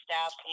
staff